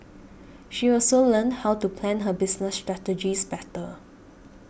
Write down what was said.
she also learned how to plan her business strategies better